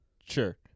sure